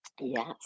Yes